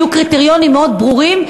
יהיו קריטריונים מאוד ברורים,